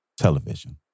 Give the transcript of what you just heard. television